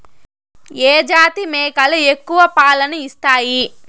ఏ జాతి మేకలు ఎక్కువ పాలను ఇస్తాయి?